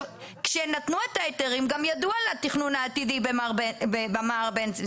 כשנתנו את ההיתרים ידעו על התכנון העתידי במע"ר בן צבי,